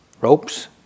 ropes